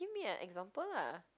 give me an example lah